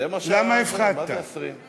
זה מה, למה 20?